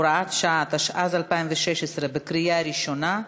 הוראת שעה), התשע"ז 2016, בקריאה ראשונה.